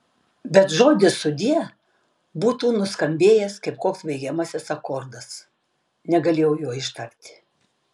bet žodis sudie būtų nuskambėjęs kaip koks baigiamasis akordas negalėjau jo ištarti